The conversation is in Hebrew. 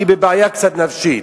היא בבעיה קצת נפשית.